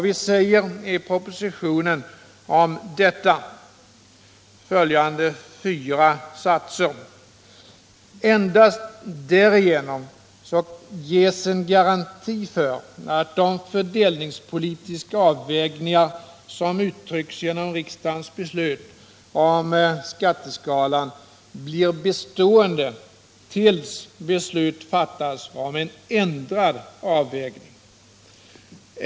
I propositionen har vi följande fyra satser om detta: Endast därigenom ges en garanti för att de fördelningspolitiska avvägningar som uttryckts genom riksdagens beslut om skatteskalan blir bestående tills beslut fattas om en ändrad avvägning.